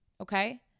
okay